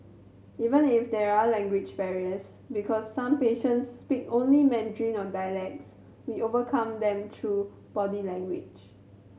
even if there are language barriers because some patients speak only Mandarin or dialects we overcome them through body language